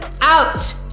out